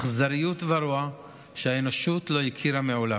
באכזריות ורוע שהאנושות לא הכירה מעולם.